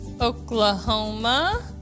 Oklahoma